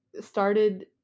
started